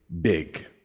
big